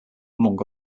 among